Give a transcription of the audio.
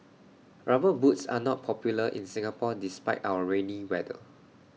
rubber boots are not popular in Singapore despite our rainy weather